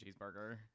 cheeseburger